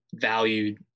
valued